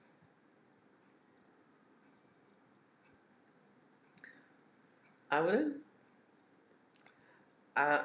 I won't uh